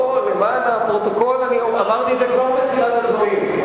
למען הפרוטוקול, אמרתי את זה כבר בתחילת הדברים.